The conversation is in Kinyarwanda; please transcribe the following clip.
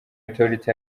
authority